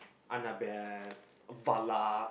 Annabelle Valak